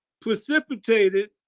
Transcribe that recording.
precipitated